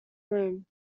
room